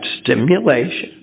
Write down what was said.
stimulation